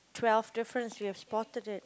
twelve difference you have spotted it